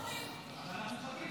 אז אנחנו מחכים